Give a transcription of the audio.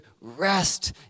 rest